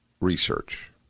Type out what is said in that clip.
research